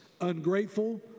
ungrateful